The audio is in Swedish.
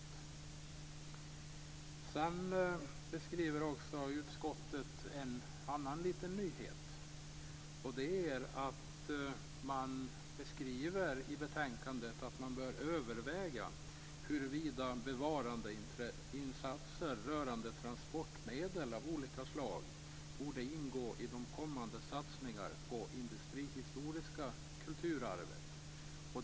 Utskottet beskriver också en liten nyhet i betänkandet. Man skriver i betänkandet att man bör överväga huruvida bevarandeinsatser rörande transportmedel av olika slag borde ingå i de kommande satsningarna på det industrihistoriska kulturarvet.